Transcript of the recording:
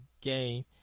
game